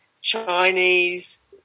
Chinese